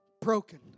broken